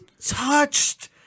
touched